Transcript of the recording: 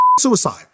Suicide